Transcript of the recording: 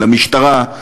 למשטרה,